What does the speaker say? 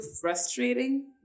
frustrating